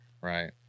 right